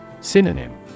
Synonym